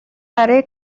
برای